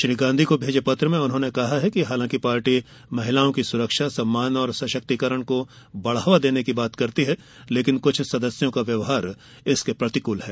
श्री गांधी को भेजे पत्र में उन्होंने कहा कि हालांकि पार्टी महिलाओं की सुरक्षा सम्मान और सशक्तिकरण को बढ़ावा देने की बात करती है लेकिन कुछ सदस्यों का व्यवहार इसके प्रतिकूल है